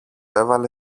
έβαλε